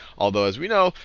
although, as we know,